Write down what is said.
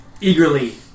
eagerly